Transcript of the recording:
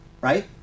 right